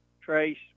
trace